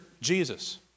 Jesus